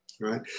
right